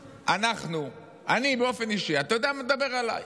אני באופן אישי, אתה יודע מה, אני אדבר עליי: